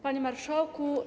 Panie Marszałku!